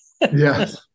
Yes